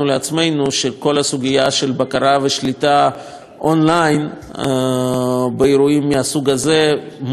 כל הסוגיה של בקרה ושליטה אונליין באירועים מהסוג הזה מול המפה הזאת.